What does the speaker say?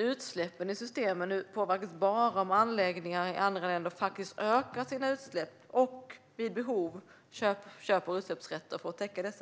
Utsläppen i systemet påverkas bara om anläggningar i andra länder faktiskt ökar sina utsläpp och vid behov köper utsläppsrätter för att täcka dem.